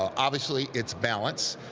obviously, it's balanced,